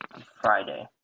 Friday